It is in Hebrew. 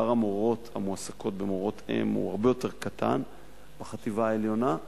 מספר המורות המועסקות כמורות-אם הוא הרבה יותר קטן בחטיבה העליונה,